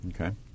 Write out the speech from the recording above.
Okay